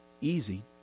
easy